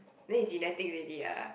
then it's genetics already ah